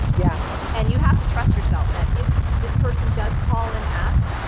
yeah. and you have to trust yourself that if this person does call and ask,